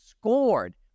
scored